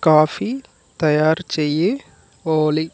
coffee తయారు చెయ్యి ఓలీ